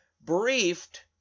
briefed